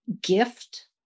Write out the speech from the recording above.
gift